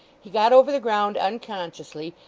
he got over the ground unconsciously,